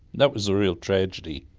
that was a real tragedy,